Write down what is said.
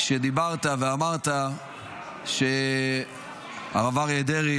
כשדיברת ואמרת שהרב אריה דרעי,